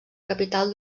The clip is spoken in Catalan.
capital